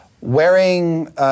Wearing